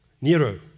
Nero